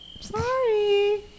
Sorry